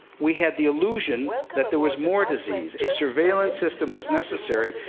we had the illusion that there was more disease. a surveillance system was necessary,